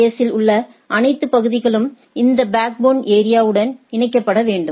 எஸ்ஸில் உள்ள அனைத்து பகுதிகளும் இந்த பேக்போன் ஏரியா உடன் இணைக்கப்பட வேண்டும்